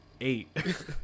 eight